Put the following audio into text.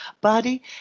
body